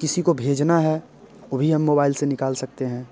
किसी को भेजना है वो भी हम मोबाइल से निकाल सकते हैं